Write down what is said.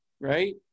right